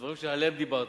הדברים שעליהם דיברת,